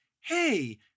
hey